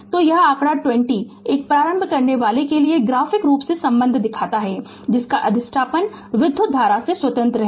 तो यह आंकड़ा 20 एक प्रारंभ करनेवाला के लिए ग्राफिक रूप से संबंध दिखाता है जिसका अधिष्ठापन विधुत धारा से स्वतंत्र है